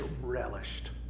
relished